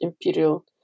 imperial